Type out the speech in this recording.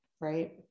right